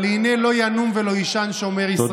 אבל "הנה לא ינום ולא יישן שומר ישראל".